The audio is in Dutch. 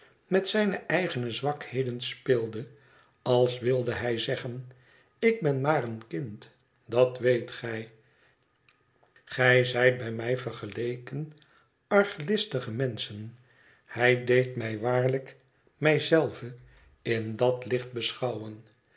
met zijne eigene zwakheden speelde als wilde hij zeggen ik ben maar een kind dat weet gij gij zijt bij mij vergeleken arglistige menschen hij deed mij waarlijk mij zelve in dat licht beschouwen